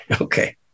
Okay